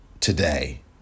today